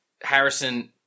Harrison